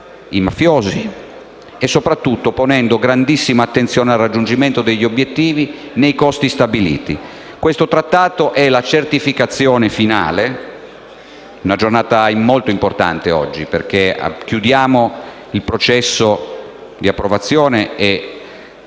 i mafiosi e soprattutto ponendo grandissima attenzione al raggiungimento degli obiettivi nei costi stabiliti. Questo Accordo è la certificazione finale di tutto ciò. Oggi è una giornata molto importante, perché chiudiamo il processo di approvazione e